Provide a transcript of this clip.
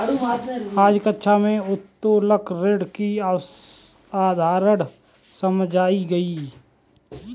आज कक्षा में उत्तोलन ऋण की अवधारणा समझाई गई